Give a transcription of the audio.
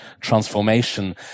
transformation